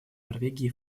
норвегии